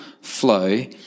flow